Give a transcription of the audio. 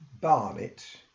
Barnet